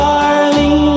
Darling